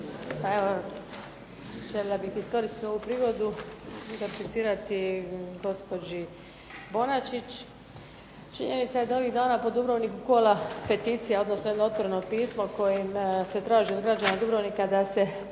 željela bih iskoristiti ovu prigodu i replicirati gospođi Bonačić. Činjenica je da ovih dana po Dubrovniku kola peticija, odnosno jedno otvoreno pismo kojim se traži od građana Dubrovnika da se